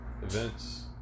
events